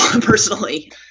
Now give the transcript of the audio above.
personally